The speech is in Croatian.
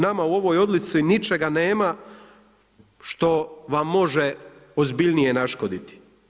Nama u ovoj odluci ničega nema što vam može ozbiljnije naškoditi.